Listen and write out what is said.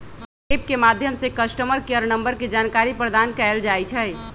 app के माध्यम से कस्टमर केयर नंबर के जानकारी प्रदान कएल जाइ छइ